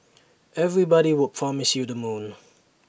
everybody would promise you the moon